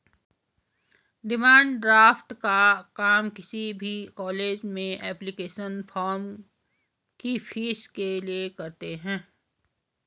demand draft का काम किसी भी कॉलेज के एप्लीकेशन फॉर्म की फीस के लिए करते है